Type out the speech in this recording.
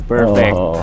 Perfect